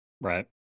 Right